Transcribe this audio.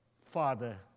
Father